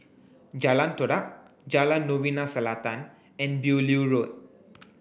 Jalan Todak Jalan Novena Selatan and Beaulieu Road